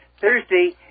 Thursday